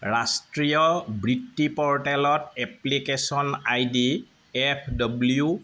ৰাষ্ট্ৰীয় বৃত্তি প'ৰ্টেলত এপ্লিকেশ্য়ন আইডি এফ ডব্লিউ